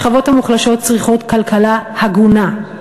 השכבות המוחלשות צריכות כלכלה הגונה,